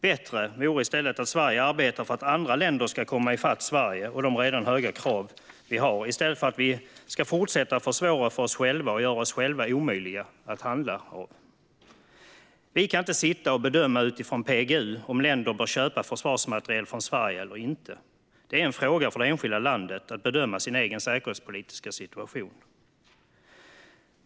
Bättre vore det om Sverige arbetade för att andra länder ska komma ifatt Sverige och de redan höga krav vi har, i stället för att vi ska fortsätta försvåra för oss själva och göra oss omöjliga att handla av. Vi kan inte sitta och utifrån PGU bedöma om länder bör köpa försvarsmateriel från Sverige eller inte. Det är en fråga för det enskilda landet att bedöma sin egen säkerhetspolitiska situation.